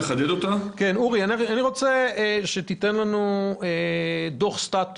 אני רוצה שתיתן לי דוח מצב